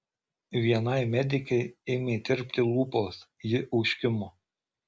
vienai medikei ėmė tirpti lūpos ji užkimo